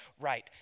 right